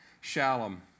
Shalom